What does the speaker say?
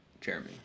Jeremy